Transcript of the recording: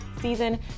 season